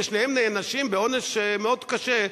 ושניהם נענשים בעונש מאוד קשה,